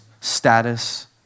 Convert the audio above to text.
status